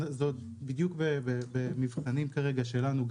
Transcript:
שזה בדיוק כרגע במבחנים שלנו,